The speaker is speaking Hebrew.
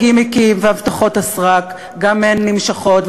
הגימיקים והבטחות הסרק גם הם נמשכים.